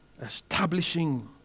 establishing